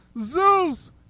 Zeus